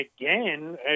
again